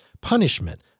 punishment